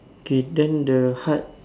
okay then the hut